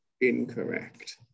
Incorrect